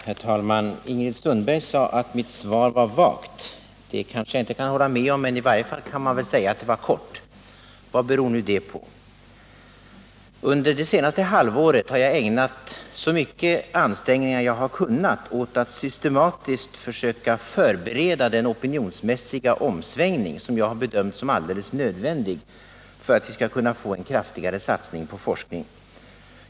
Herr talman! Ingrid Sundberg sade att mitt svar var vagt. Det kan jag kanske inte hålla med om, men jag kan i varje fall medge att det var kort. Vad beror nu det på? Under det senaste halvåret har jag ägnat så stora ansträngningar som jag har kunnat åt att systematiskt förbereda den opinionsmässiga omsvängning som jag bedömt som alldeles nödvändig för att vi skall kunna få en kraftigare satsning på forskning.